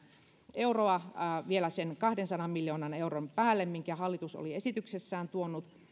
euroa vielä sen kahdensadan miljoonan euron päälle minkä hallitus oli esityksessään tuonut